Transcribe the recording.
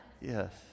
Yes